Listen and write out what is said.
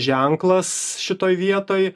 ženklas šitoj vietoj